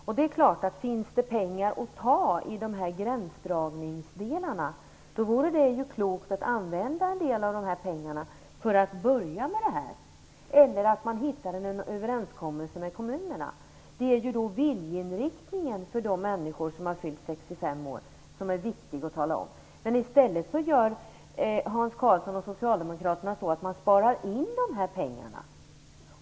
Om det finns pengar att hämta i gränsdragningsdelarna, vore det självklart klokt att använda en del av de pengarna till att börja med det här - eller kanske hittar man en överenskommelse med kommunerna. Det är viljeinriktningen beträffande dem som fyllt 65 år som det är viktigt att tala om. I stället väljer Hans Karlsson och Socialdemokraterna att spara in de här pengarna.